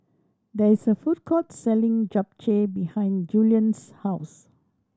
there is a food court selling Japchae behind Julien's house